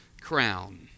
crown